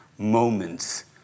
moments